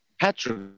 Patrick